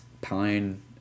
Pine